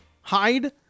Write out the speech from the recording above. hide